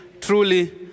truly